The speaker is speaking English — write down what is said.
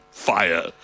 Fire